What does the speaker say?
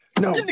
No